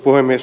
puhemies